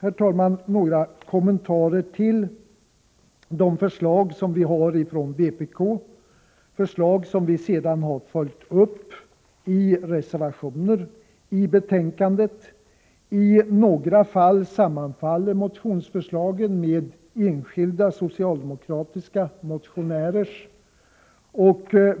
Det var några kommentarer till vpk:s förslag, förslag som vi sedan har följt upp i reservationer som är fogade till betänkandet. I några fall sammanfaller våra motionsförslag med enskilda socialdemokratiska motionärers.